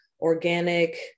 organic